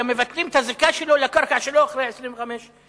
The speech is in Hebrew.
אלא מבטלים את הזיקה שלו לקרקע שלו אחרי 25 שנים.